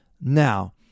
Now